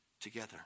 together